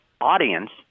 audience